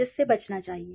जिससे बचना चाहिए